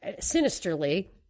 sinisterly